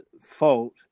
fault